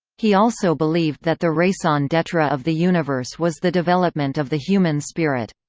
he also believed that the raison d'etre of the universe was the development of the human spirit.